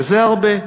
וזה הרבה.